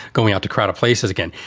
going out to crowded places again,